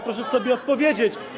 Proszę sobie odpowiedzieć.